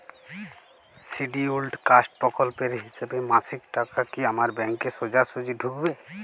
Scheduled caste প্রকল্পের হিসেবে মাসিক টাকা কি আমার ব্যাংকে সোজাসুজি ঢুকবে?